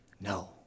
No